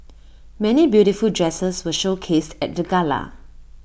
many beautiful dresses were showcased at the gala